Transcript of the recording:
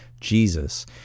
Jesus